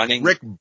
Rick